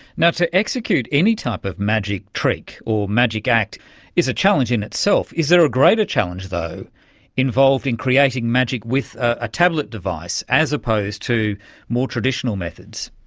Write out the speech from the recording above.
to execute any type of magic trick or magic act is a challenge in itself. is there a greater challenge though involved in creating magic with a tablet device as opposed to more traditional methods?